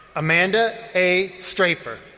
amanda a. strafer.